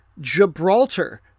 Gibraltar